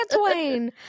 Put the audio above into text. Twain